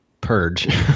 purge